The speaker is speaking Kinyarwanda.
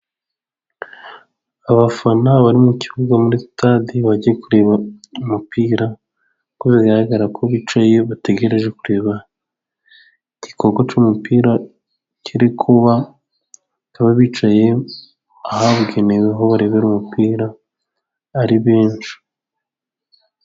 Abafana bari mu kibuga muri sitade bagiye kureba umupira, uko bigaragara ko bicaye bategereje kureba igikorwa cy'umupira kiri kuba, bakaba bicaye ahabugenewe aho barebera umupira ari benshi.